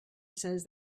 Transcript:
says